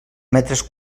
metres